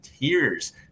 tears